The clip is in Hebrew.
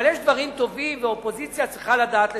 אבל יש דברים טובים, ואופוזיציה צריכה לדעת לשבח.